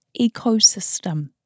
ecosystem